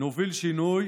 נוביל שינוי,